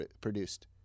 produced